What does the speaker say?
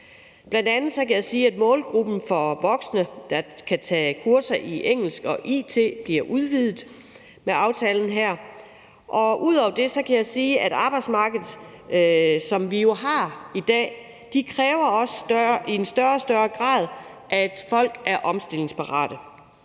Bl.a. kan jeg sige, at målgruppen i forhold til voksne, der kan tage kurser i engelsk og it, bliver udvidet med aftalen her, og ud over det kan jeg sige, at arbejdsmarkedet, som vi har i dag, også i en større og større grad kræver, at folk er omstillingsparate.